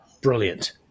Brilliant